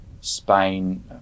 Spain